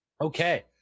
Okay